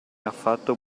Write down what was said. affatto